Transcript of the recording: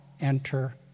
enter